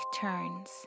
turns